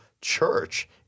church